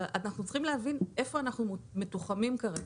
אנחנו צריכים להבין איפה אנחנו מתוחמים כרגע,